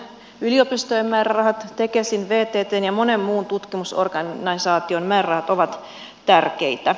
yliopistojen määrärahat tekesin vttn ja monen muun tutkimusorganisaation määrärahat ovat tärkeitä